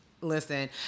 Listen